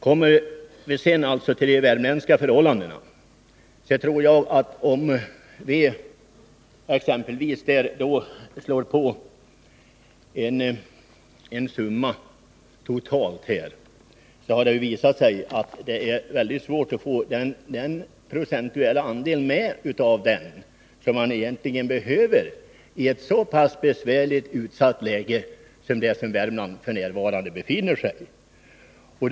Kommer vi sedan till de värmländska förhållandena, tror jag att det, även om vi slår på en summa totalt, är väldigt svårt att få den högre procentuella andel med av den summan som man egentligen behöver i ett så utsatt läge som det som Värmland f. n. befinner sig i.